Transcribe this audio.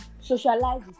socialize